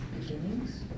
Beginnings